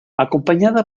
acompañada